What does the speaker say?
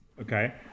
Okay